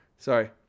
Sorry